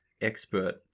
expert